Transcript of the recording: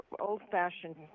old-fashioned